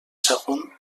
sagunt